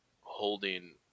holding